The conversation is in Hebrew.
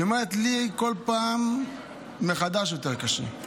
היא אומרת: לי כל פעם מחדש יותר קשה.